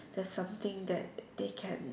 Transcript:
there's something that they can